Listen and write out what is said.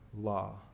law